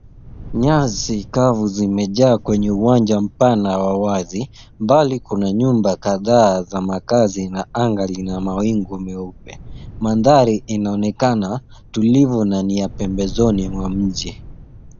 Nyasi kavu zimejaa kwenye uwanja mpana wa wazi. Mbali kuna nyumba kadhaa za makazi na anga lina mawingu meupe. Mandhari inaonekana tulivu na ni ya pembezoni mwa nje.